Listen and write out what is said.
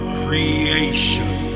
creation